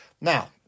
Now